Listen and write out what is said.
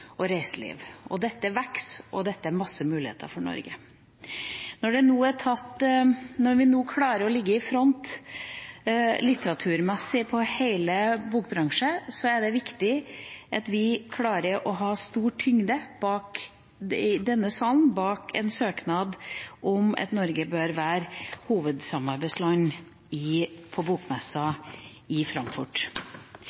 og reiseliv. Det vokser, og det gir masse muligheter for Norge. Når vi nå ligger i front litteraturmessig i hele bokbransjen, er det viktig at vi klarer å ha stor tyngde i denne salen bak en søknad om at Norge bør være hovedsamarbeidsland på bokmessa i